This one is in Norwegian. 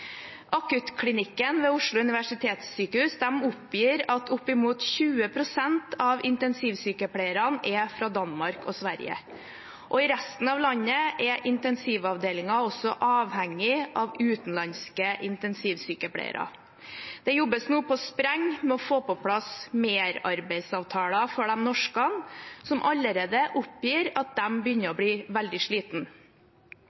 Akuttklinikken ved Oslo universitetssykehus oppgir at opp mot 20 pst. av intensivsykepleierne er fra Danmark og Sverige. I resten av landet er intensivavdelinger også avhengige av utenlandske intensivsykepleiere. Det jobbes nå på spreng med å få på plass merarbeidsavtaler for de norske, som allerede oppgir at de begynner å